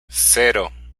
cero